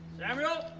samuel